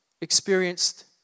experienced